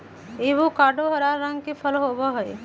avocado हरा रंग के फल होबा हई